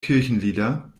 kirchenlieder